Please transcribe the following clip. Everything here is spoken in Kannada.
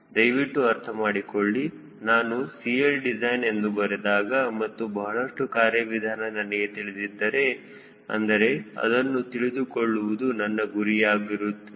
ದಯವಿಟ್ಟು ಅರ್ಥ ಮಾಡಿಕೊಳ್ಳಿ ನಾನು 𝐶Ldecign ಎಂದು ಬರೆದಾಗ ಮತ್ತು ಬಹಳಷ್ಟು ಕಾರ್ಯವಿಧಾನ ನನಗೆ ತಿಳಿದಿದ್ದರೆ ಅಂದರೆ ಅದನ್ನು ತಿಳಿದುಕೊಳ್ಳುವುದು ನನ್ನ ಗುರಿಯಾಗಿರುತ್ತದೆ